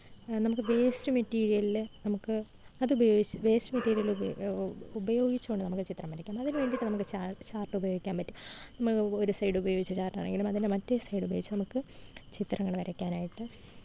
നമുക്ക് വേസ്റ്റ് മെറ്റീരിയലിൽ നമുക്ക് അത് ഉപയോഗിച്ച് വേസ്റ്റ് മെറ്റീരിയൽ ഉപ ഉപയോഗിച്ചുകൊണ്ടു നമുക്ക് ചിത്രം വരയ്ക്കാം അതിന് വേണ്ടിയിട്ട് നമുക്ക് ചാ ചാര്ട്ട് ഉപയോഗിക്കാന് പറ്റും മ്മ ഒരു സൈഡ് ഉപയോഗിച്ച് ചാര്ട്ട് ആണെങ്കിലും അതിന്റെ മറ്റേ സൈഡ് ഉപയോഗിച്ച് നമുക്ക് ചിത്രങ്ങൾ വരയ്ക്കാനായിട്ട്